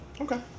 Okay